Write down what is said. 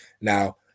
Now